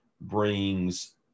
brings